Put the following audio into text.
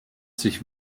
sich